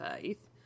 faith